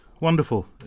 wonderful